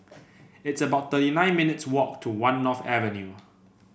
it's about thirty nine minutes' walk to One North Avenue